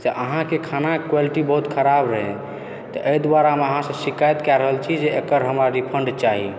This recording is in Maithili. से अहाँके खानाके क्वालिटी बहुत खराब रहै तेँ एहि दुआरे हम अहाँसँ शिकायत कऽ रहल छी जे एकर हमरा रिफण्ड चाही